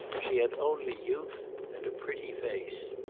she had only youth and a pretty face.